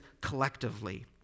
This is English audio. collectively